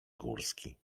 górski